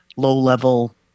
low-level